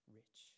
rich